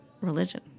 religion